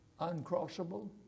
uncrossable